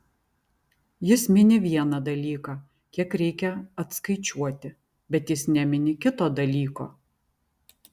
jis mini vieną dalyką kiek reikia atskaičiuoti bet jis nemini kito dalyko